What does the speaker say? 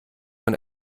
man